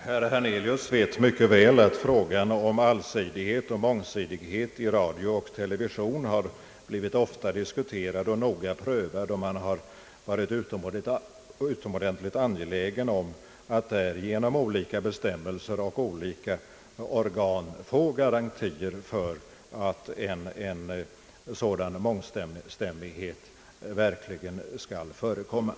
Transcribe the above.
Herr talman! Herr Hernelius vet mycket väl, att frågan om allsidighet och mångsidighet i radio och television har blivit ofta diskuterad och noga prövad. Man har varit utomordentligt angelägen om att genom olika bestämmelser och olika organ få garantier för att en sådan mångstämmighet skall bli verklighet.